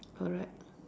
correct